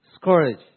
scourge